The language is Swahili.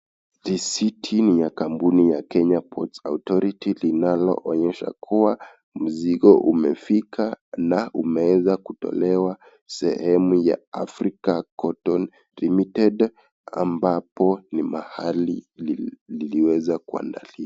Risiti ni ya kampuni ya Kenya ports authority linaloonyesha kuwa mzigo umefika na umeweza kutolewa sehemu ya African cotton Limited ambapo ni mahali liliweza kuandaliwa.